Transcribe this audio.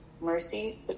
mercy